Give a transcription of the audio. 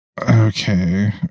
okay